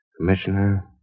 Commissioner